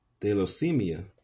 thalassemia